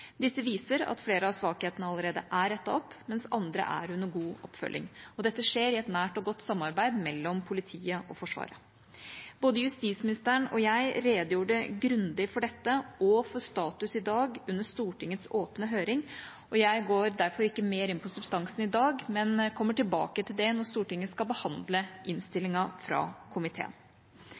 Disse viser at flere av svakhetene allerede er rettet opp, mens andre er under god oppfølging, og dette skjer i et nært og godt samarbeid mellom politiet og Forsvaret. Både justisministeren og jeg redegjorde grundig for dette og for status i dag under Stortingets åpne høring, og jeg går derfor ikke mer inn på substansen i dag, men kommer tilbake til det når Stortinget skal behandle innstillinga fra komiteen.